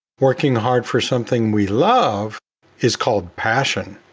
working hard for something we love is called passion.